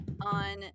on